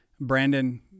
Brandon